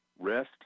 rest